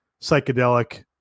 psychedelic